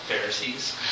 Pharisees